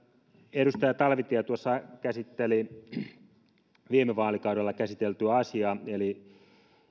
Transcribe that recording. edustaja talvitie tuossa käsitteli viime vaalikaudella käsiteltyä asiaa eli